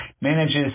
manages